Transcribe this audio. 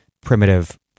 primitive